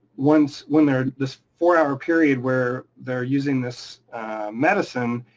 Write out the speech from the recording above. once. when they're. this four hour period where they're using this medicine,